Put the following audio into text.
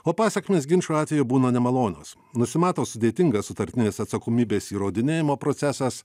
o pasekmės ginčo atveju būna nemalonios nusimato sudėtingas sutartinės atsakomybės įrodinėjimo procesas